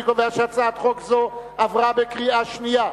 אני קובע שהצעת חוק זו עברה בקריאה שנייה.